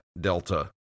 Delta